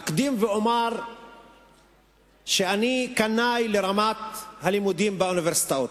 אקדים ואומר שאני קנאי לרמת הלימודים באוניברסיטאות.